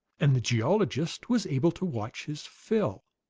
and the geologist was able to watch his fill.